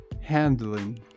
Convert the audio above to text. handling